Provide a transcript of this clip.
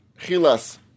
chilas